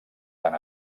tan